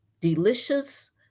delicious